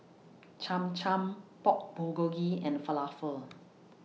Cham Cham Pork Bulgogi and Falafel